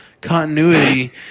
continuity